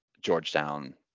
Georgetown